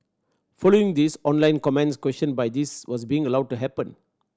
following this online comments questioned by this was being allowed to happen